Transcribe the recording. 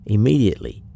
Immediately